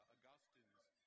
Augustine's